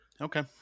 okay